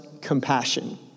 compassion